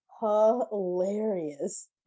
hilarious